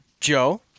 Joe